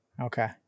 Okay